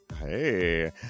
hey